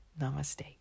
namaste